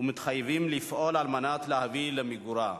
ומתחייבים לפעול על מנת להביא למיגורה.